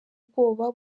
ubwoba